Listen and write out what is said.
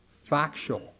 factual